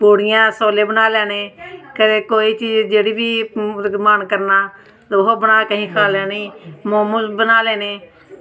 पूड़ियां छोले बनाई लैने कोई चीज जेह्ड़ी बी मन करना ओह् बनाई खाई लैनी मोमोज बनाई लैने